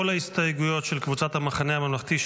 כל ההסתייגויות של קבוצת המחנה הממלכתי,